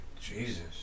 Jesus